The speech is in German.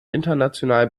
international